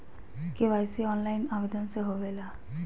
KYC online आवेदन से होवे ला?